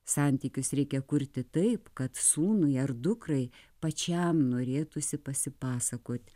santykius reikia kurti taip kad sūnui ar dukrai pačiam norėtųsi pasipasakot